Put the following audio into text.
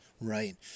Right